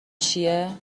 چیه